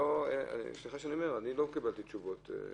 סליחה שאני אומר, לא קיבלתי תשובות.